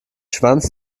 schwanz